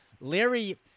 Larry